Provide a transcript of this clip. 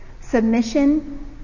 Submission